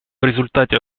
результате